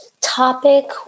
topic